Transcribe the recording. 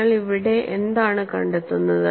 നിങ്ങൾ ഇവിടെ എന്താണ് കണ്ടെത്തുന്നത്